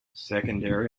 secondary